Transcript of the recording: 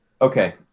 Okay